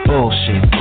Bullshit